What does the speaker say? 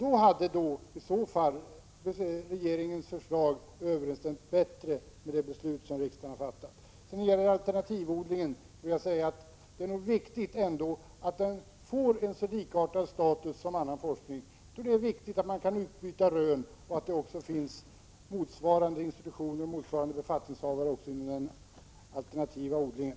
I så fall hade regeringens förslag överensstämt bättre med det beslut som riksdagen har fattat. Beträffande alternativodlingen vill jag säga: Det är viktigt att den får likartad status som annan forskning. Jag tror det är viktigt att man kan utbyta rön och att det också finns motsvarande institutioner och befattningshavare även inom den alternativa odlingen.